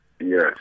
Yes